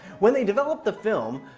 when they develop the film,